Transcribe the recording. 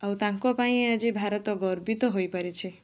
ଆଉ ତାଙ୍କପାଇଁ ଆଜି ଭାରତ ଗର୍ବିତ ହୋଇପାରିଛି